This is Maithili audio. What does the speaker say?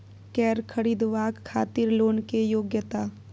कैर खरीदवाक खातिर लोन के योग्यता?